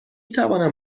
توانم